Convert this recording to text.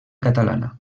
catalana